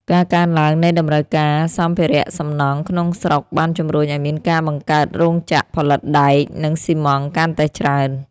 ការកើនឡើងនៃតម្រូវការសម្ភារសំណង់ក្នុងស្រុកបានជំរុញឱ្យមានការបង្កើតរោងចក្រផលិតដែក និងស៊ីម៉ងត៍កាន់តែច្រើន។